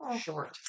Short